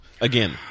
Again